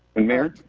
and mayor.